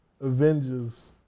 Avengers